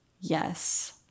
Yes